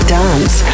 dance